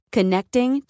Connecting